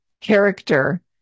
character